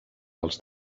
als